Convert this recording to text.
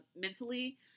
mentally